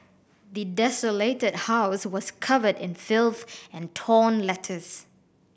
the desolated house was covered in filth and torn letters